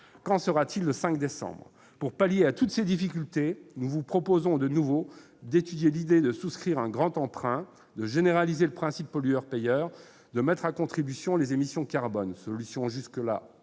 Qu'en sera-t-il le 5 décembre prochain ? Pour pallier toutes ces difficultés, nous vous proposons de nouveau d'étudier l'idée de souscrire un grand emprunt, de généraliser le principe pollueur-payeur, de mettre à contribution les émissions carbone : des solutions jusque-là